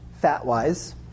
fat-wise